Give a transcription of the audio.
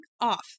off